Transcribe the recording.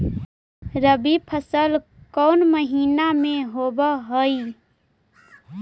रबी फसल कोन महिना में होब हई?